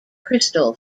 crystal